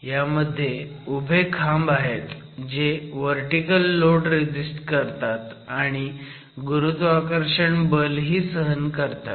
यामध्ये उभे खांब आहेत जे व्हर्टिकल लोड रेझिस्ट करतात आणि गुरुत्वाकर्षण बल ही सहन करतात